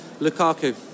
Lukaku